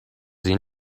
این